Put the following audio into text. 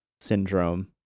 syndrome